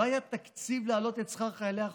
לא היה תקציב להעלות את שכר חיילי החובה?